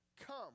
come